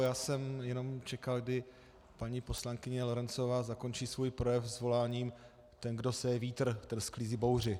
Já jsem jenom čekal, kdy paní poslankyně Lorencová zakončí svůj projev zvoláním: Ten, kdo seje vítr, ten sklízí bouři.